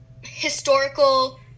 historical